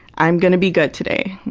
i'm gonna be good today.